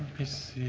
this